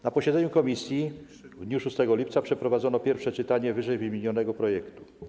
Na posiedzeniu komisji w dniu 6 lipca przeprowadzono pierwsze czytanie ww. projektu.